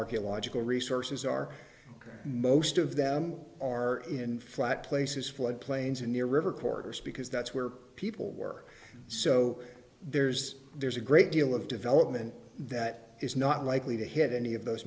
archaeological resources are most of them are in flat places flood plains and near river corridors because that's where people work so there's there's a great deal of development that is not likely to hit any of those